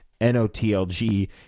N-O-T-L-G